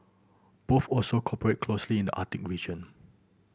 both also cooperate closely in the Arctic region